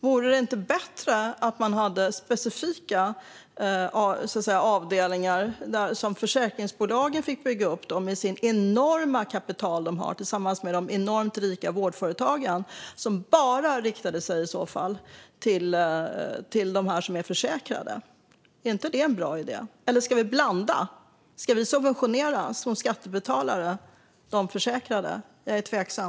Vore det inte bättre med specifika avdelningar som försäkringsbolagen med sitt enorma kapital fick bygga upp tillsammans med de enormt rika vårdföretagen? Dessa skulle i så fall bara rikta sig till dem som är försäkrade. Är inte detta en bra idé? Eller ska vi blanda? Ska vi skattebetalare subventionera de försäkrade? Jag är tveksam.